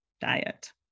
diet